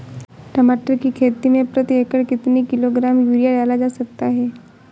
टमाटर की खेती में प्रति एकड़ कितनी किलो ग्राम यूरिया डाला जा सकता है?